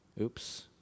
oops